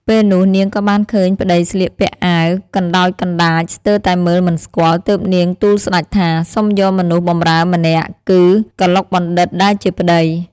ពេលនោះ នាងក៏បានឃើញប្ដីស្លៀកពាក់អាវ កណ្ដោចកណ្ដាចស្ទើរតែមើលមិនស្គាល់ ទើបនាងទូលស្ដេចថា សុំយកមនុស្សបម្រើម្នាក់ គឺ កឡុកបណ្ឌិត ដែលជាប្ដី។